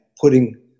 putting